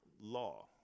law